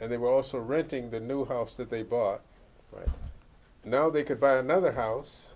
and they were also reading the new house that they bought right now they could buy another house